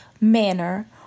manner